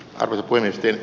ruuttu ehtinyt